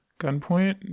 gunpoint